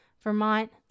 Vermont